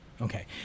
Okay